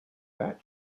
that